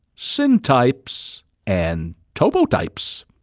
syntypes and topotypes.